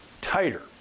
tighter